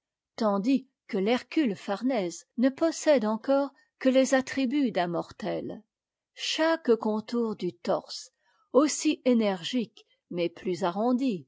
tandis que l'hercule farnèse ne possède encore que les attributs d'un mortel chaque contour du torse aussi énergique mais plus arrondi